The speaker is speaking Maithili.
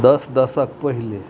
दस दशक पहिले